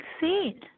seen